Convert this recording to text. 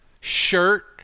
shirt